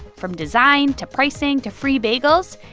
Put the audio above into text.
from design to pricing to free bagels,